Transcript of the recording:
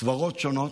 סברות שונות,